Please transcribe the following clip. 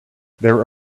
there